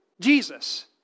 Jesus